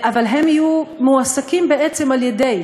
אבל הם יהיו מועסקים בעצם על-ידי